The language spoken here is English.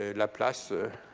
ah laplace, ah